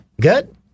Good